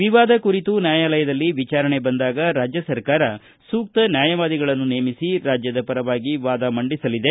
ವಿವಾದ ಕುರಿತು ನ್ಯಾಯಾಲಯದಲ್ಲಿ ವಿಚಾರಣೆ ಬಂದಾಗ ರಾಜ್ಯ ಸರ್ಕಾರ ಸೂಕ್ತ ನ್ಯಾಯವಾದಿಗಳನ್ನು ನೇಮಿಸಿ ರಾಜ್ಜದ ಪರವಾಗಿ ವಾದ ಮಂಡಿಸಲಿದೆ